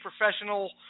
professional